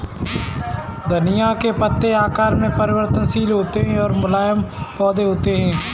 धनिया के पत्ते आकार में परिवर्तनशील होते हैं और मुलायम पौधे होते हैं